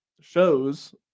shows